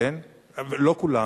לא כולם,